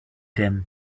them